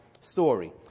story